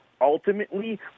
ultimately